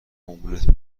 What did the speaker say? املت